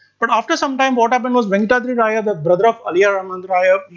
but after sometime what happen was venkatadri raya the brother roof aliya rama and raya,